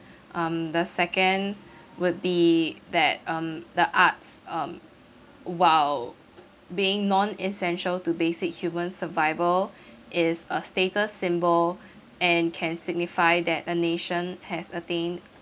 um the second would be that um the arts um while being non essential to basic human survival is a status symbol and can signify that a nation has attained